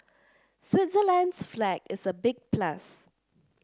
Switzerland's flag is a big plus